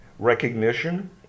recognition